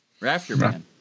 Rafterman